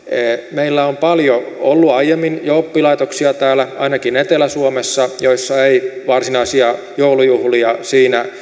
meillä on paljon ollut aiemmin jo oppilaitoksia täällä ainakin etelä suomessa joissa ei varsinaisia joulujuhlia siinä